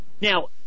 Now